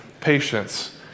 patience